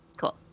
Cool